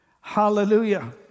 Hallelujah